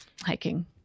hiking